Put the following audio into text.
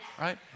Right